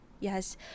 Yes